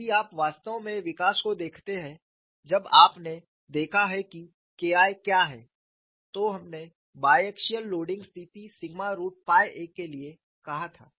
यदि आप वास्तव में विकास को देखते हैं जब आपने देखा है कि K I क्या है तो हमने बायएक्सिअल लोडिंग स्थिति सिग्मा रूट पाई a के लिए कहा था